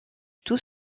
tout